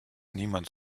niemand